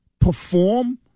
perform